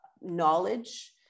knowledge